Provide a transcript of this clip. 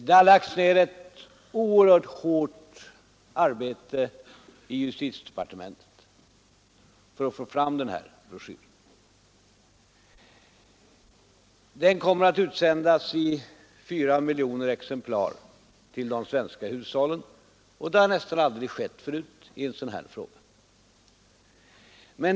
Det har lagts ned ett oerhört hårt arbete i justitiedepartementet på att få fram broschyren. Den kommer att utsändas i 4 miljoner exemplar till de svenska hushållen, vilket nästan aldrig skett förut i en sådan här fråga.